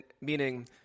meaning